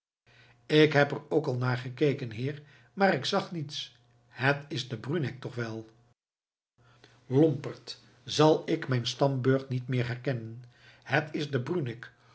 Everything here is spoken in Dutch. ik heb er ook al naar gekeken heer maar ik zag niets het is de bruneck toch wel lomperd zal ik mijn stamburcht niet meer kennen het is de bruneck